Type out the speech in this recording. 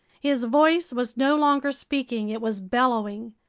his voice was no longer speaking, it was bellowing.